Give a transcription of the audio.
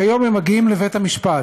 כיום הם מגיעים לבית-המשפט,